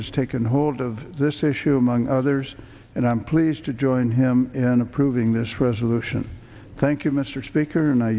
has taken hold of this issue among others and i'm pleased to join him in approving this resolution thank you mr speaker and i